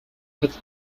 hat